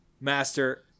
master